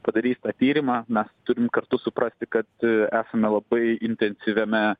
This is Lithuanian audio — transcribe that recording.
padarys tą tyrimą mes turim kartu suprasti kad esame labai intensyviame